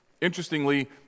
Interestingly